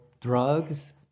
drugs